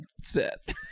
set